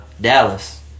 Dallas